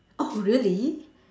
oh really